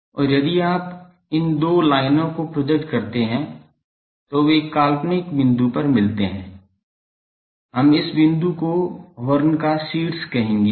और यदि आप इन दो लाइनों को प्रोजेक्ट करते हैं तो वे एक काल्पनिक बिंदु पर मिलते हैं हम इस बिंदु को हॉर्न का शीर्ष कहेंगे